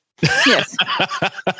Yes